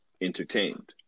entertained